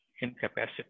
incapacity